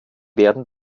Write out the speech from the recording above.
werden